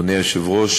אדוני היושב-ראש,